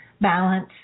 balance